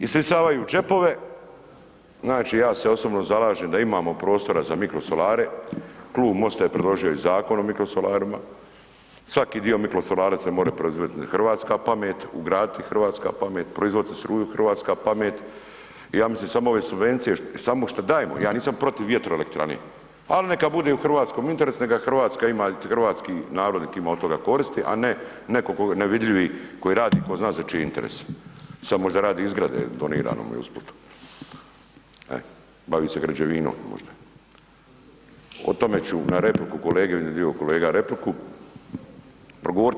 Isisavaju džepove, znači ja se osobno zalažem da imamo prostora za mikrosolare, Klub MOST-a je predložio i Zakon o mikrosolarima, svaki dio mikrosolara se more proizvodit ... hrvatska pamet, ugraditi hrvatska pamet, proizvoditi struju hrvatska pamet, ja mislim samo ove subvencije, samo šta dajemo, ja nisam protiv vjetroelektrane, al' neka bude u hrvatskom interesu, neka ... Hrvatska ima, ... hrvatski narod nek' ima od toga koristi, a ne netko ... nevidljivi koji radi tko zna za čiji interes, samo za radi izgrade donirano mu je usput, e bavi se građevinom možda, o tome ću na repliku kolegi, jedan dio kolega repliku progovoriti.